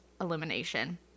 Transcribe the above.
elimination